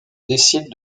décide